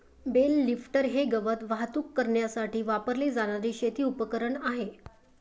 bell lifter हे गवत वाहतूक करण्यासाठी वापरले जाणारे शेती उपकरण आहे